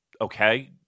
okay